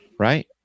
Right